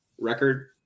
record